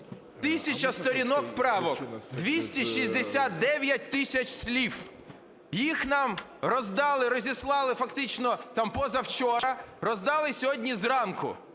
тисяча сторінок правок, 269 тисяч слів. Їх нам роздали, розіслали фактично позавчора, роздали сьогодні зранку.